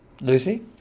Lucy